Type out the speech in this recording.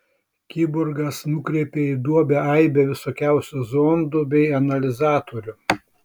kiborgas nukreipė į duobę aibę visokiausių zondų bei analizatorių